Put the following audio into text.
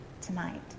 tonight